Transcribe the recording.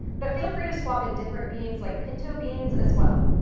but feel free to swap in different beans like pinto beans, as well.